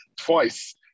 twice